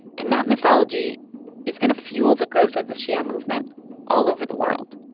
and that mythology is going to fuel the growth of the shia movement all over the world